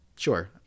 Sure